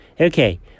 Okay